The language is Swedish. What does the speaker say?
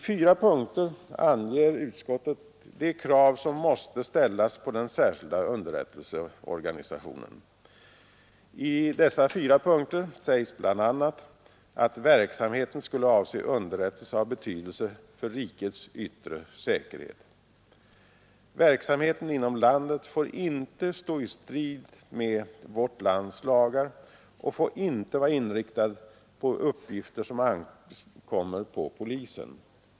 I fyra punkter anger utskottet de krav som måste ställas på den särskilda underrättelseorganisationen. I dessa fyra punkter sägs bl.a. att verksamheten skall avse underrättelse av betydelse för rikets yttre säkerhet. Verksamheten inom landet får inte stå i strid med vårt lands lagar och får inte vara inriktad på uppgifter som ankommer på polisen.